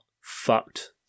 fucked